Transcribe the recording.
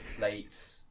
late